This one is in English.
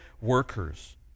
workers